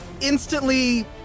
instantly